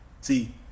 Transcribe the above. see